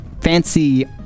fancy